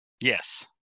Yes